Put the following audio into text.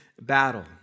battle